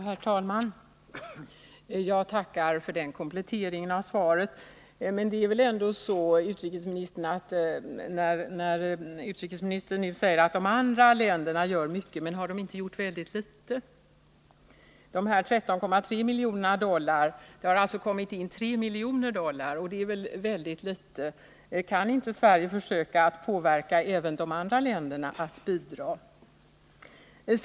Herr talman! Jag tackar för den kompletteringen av svaret. Utrikesministern säger att de andra länderna gör mycket. Men har de inte gjort väldigt litet? Det har alltså kommit in 3 miljoner dollar, och det är väl väldigt litet!- Kan inte Sverige försöka påverka även andra länder att bidra?